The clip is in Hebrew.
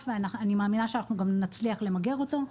ואני מאמינה שאנחנו גם נצליח למגר אותו.